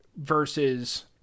versus